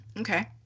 Okay